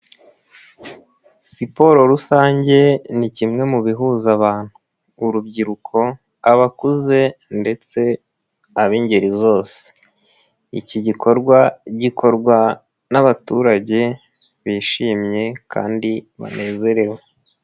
Siporo rusange ni kimwe mu bihuza abantu urubyiruko, abakuze ndetse ab'ingeri zose, iki gikorwa gikorwa n'abaturage bishimye kandi banezerewe.